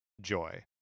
joy